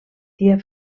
dia